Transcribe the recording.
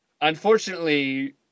unfortunately